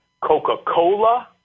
Coca-Cola